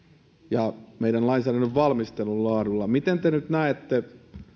ja meidän lainsäädännön valmistelun laadulla miten te nyt näette